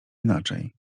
inaczej